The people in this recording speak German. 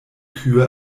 kühe